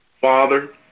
Father